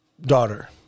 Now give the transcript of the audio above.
daughter